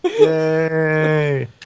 yay